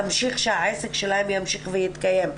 שהעסק שלהם ימשיך ויתקיים.